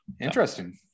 interesting